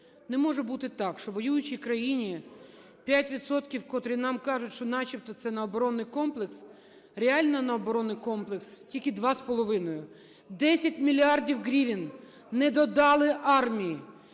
Не може бути так, що в воюючій країні 5 відсотків, котрі нам кажуть, що начебто це на оборонний комплекс, реально на оборонний комплекс тільки два з половиною. 10 мільярдів гривень недодали армії!